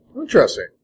interesting